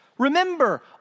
Remember